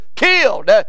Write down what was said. killed